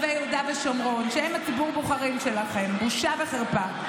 החוק הזו, שהיא מזועזעת שהממשלה הולכת להצביע נגד.